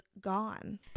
gone